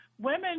women